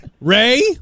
Ray